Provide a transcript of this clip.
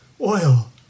oil